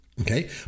okay